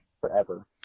forever